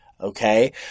Okay